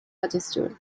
register